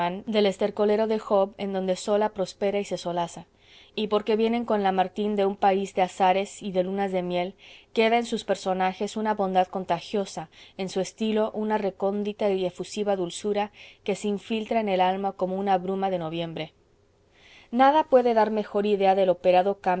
del estercolero de job en donde zola prospera y se solaza y porque vienen con lamartine de un país de azahares y de lunas de miel queda en sus personajes una bondad contagiosa en su estilo una recóndita y efusiva dulzura que se infiltra en el alma como una bruma de noviembre nada puede dar mejor idea del operado